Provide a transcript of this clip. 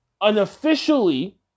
unofficially